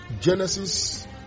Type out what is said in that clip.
Genesis